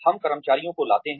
हम कर्मचारियों को लाते हैं